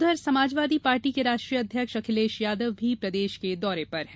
उधर समाजवादी पार्टी के राष्ट्रीय अध्यक्ष अखिलेश यादव भी प्रदेश के दौरे पर हैं